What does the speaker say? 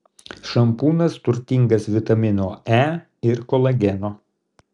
šampūnas turtingas vitamino e ir kolageno